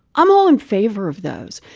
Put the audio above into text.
i'm all in favor of those.